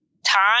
time